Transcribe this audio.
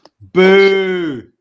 Boo